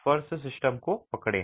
फर्श सिस्टम को पकड़ें